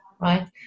right